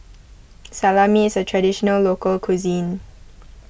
Salami is a Traditional Local Cuisine